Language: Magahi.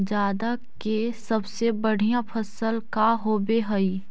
जादा के सबसे बढ़िया फसल का होवे हई?